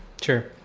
Sure